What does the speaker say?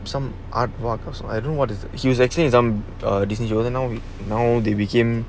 some ah what cause I don't know what is it he's actually err some disney you know now now diligent